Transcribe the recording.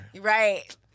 Right